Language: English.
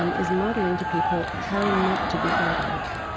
um is modeling to people how not to be godlike.